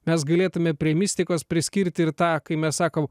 mes galėtume prie mistikos priskirti ir tą kai mes sakom